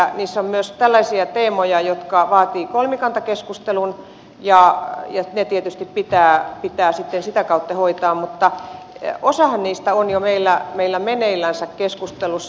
niissä on myös tällaisia teemoja jotka vaativat kolmikantakeskustelun ja ne tietysti pitää sitten sitä kautta hoitaa osahan niistä on meillä jo meneillänsä keskustelussa